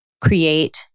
create